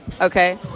Okay